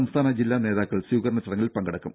സംസ്ഥാന ജില്ലാ നേതാക്കൾ സ്വീകരണ ചടങ്ങിൽ പങ്കെടുക്കും